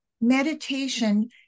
meditation